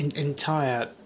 entire